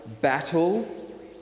battle